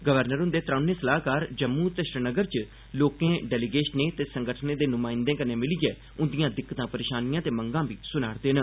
governor हुंदे त्रौने सलाह्कार जम्मू ते श्रीनगर च लोकें डेलीगेशनें ते संगठनें दे नुमाइंदें कन्नै मिलियै उंदिआं दिक्कतां परेशानिआं ते मंगां सुना'रदे न